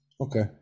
Okay